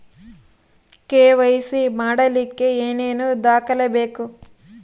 KYC ಮಾಡಲಿಕ್ಕೆ ಏನೇನು ದಾಖಲೆಬೇಕು?